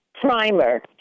primer